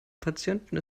patienten